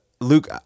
Luke